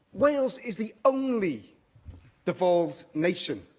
wales is the only devolved nation